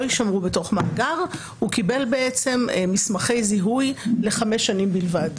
יישמר בתוך מאגר הוא קיבל מסמכי זיהוי לחמש שנים בלבד.